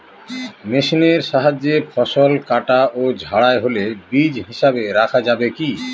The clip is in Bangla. মেশিনের সাহায্যে ফসল কাটা ও ঝাড়াই হলে বীজ হিসাবে রাখা যাবে কি?